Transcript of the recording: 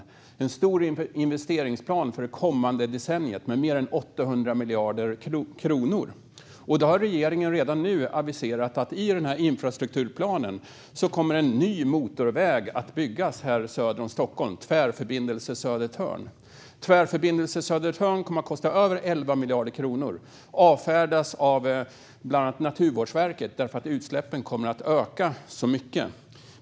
Det är en investeringsplan för det kommande decenniet för mer än 800 miljarder kronor. Regeringen har redan nu aviserat att det i infrastrukturplanen kommer att tas med en ny motorväg som ska byggas söder om Stockholm - Tvärförbindelse Södertörn. Tvärförbindelse Södertörn, som kommer att kosta över 11 miljarder kronor, avfärdas av bland annat Naturvårdsverket därför att utsläppen kommer att öka så mycket.